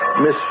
Miss